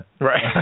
right